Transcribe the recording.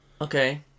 Okay